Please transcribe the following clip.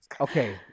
okay